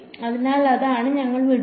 അതിനാൽ അതാണ് ഞങ്ങൾ വിടുന്നത്